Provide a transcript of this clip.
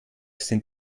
sind